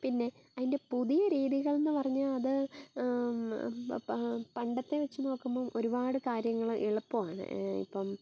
പിന്നെ അതിൻ്റെ പുതിയ രീതികൾ എന്ന് പറഞ്ഞാൽ അത് പണ്ടത്തെ വെച്ച് നോക്കുമ്പോൾ ഒരുപാട് കാര്യങ്ങൾ എളുപ്പമാണ് ഇപ്പം